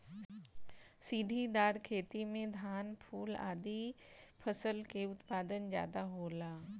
सीढ़ीदार खेती में धान, फूल आदि फसल कअ उत्पादन ज्यादा होला